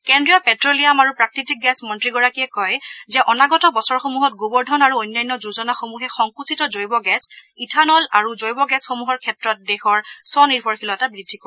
কেন্দ্ৰীয় প্টেলিয়াম আৰু প্ৰাকৃতিক গেছ মন্ত্ৰীগৰাকীয়ে কয় যে অনাগত বছৰসমূহত গোৱৰ্ধন আৰু অন্যান্য যোজনা সমূহে সংকৃচিত জৈৱ গেছ ইথানল আৰু জৈৱ গেছসমূহৰ ক্ষেত্ৰত দেশৰ স্বনিৰ্ভৰশীলতা বৃদ্ধি কৰিব